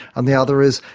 and the other is,